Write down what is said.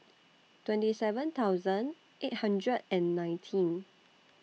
twenty seven thousand eight hundred and nineteen